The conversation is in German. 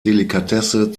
delikatesse